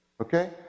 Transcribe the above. okay